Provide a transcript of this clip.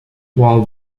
while